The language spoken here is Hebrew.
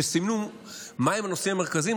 שסימנו מהם הנושאים המרכזיים,